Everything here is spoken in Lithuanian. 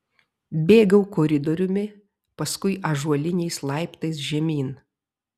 bėgau koridoriumi paskui ąžuoliniais laiptais žemyn